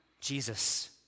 Jesus